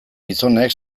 gizonek